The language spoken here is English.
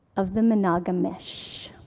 of the monogamish.